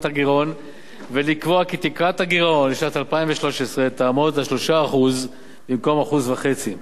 הגירעון ולקבוע כי תקרת הגירעון לשנת 2013 תהיה 3% במקום 1.5%,